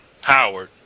Howard